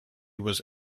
was